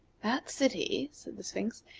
that city, said the sphinx,